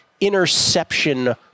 interception